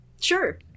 Sure